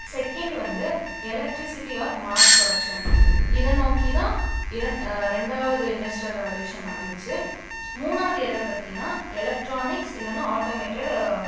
second வந்து electricity or mass production இதை நோக்கி தான் இரண் ரெண்டாவது இண்டஸ்ட்ரியல் ரெவல்யூஷன் நடந்துச்சு மூணாவது எதை பத்தின்னா எலக்ட்ரானிக்ஸ் இல்லைன்னா ஆட்டோமேட்டடு